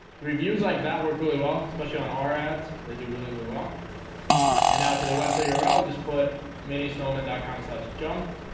reviews like that work really well, especially on our ads they do really really well and now for the website url just put mini snowmen calm sighs jump